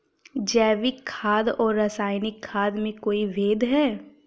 जैविक खाद और रासायनिक खाद में कोई भेद है?